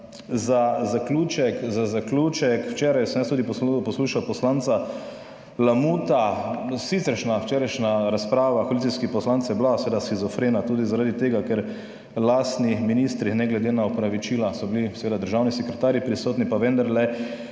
za zaključek, včeraj sem jaz tudi poslušal poslanca Lamuta, siceršnja včerajšnja razprava koalicijskih poslancev je bila seveda shizofrena tudi zaradi tega, ker lastni ministri, ne glede na opravičila, so bili seveda državni sekretarji prisotni,